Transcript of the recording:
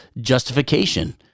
justification